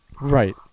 Right